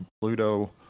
Pluto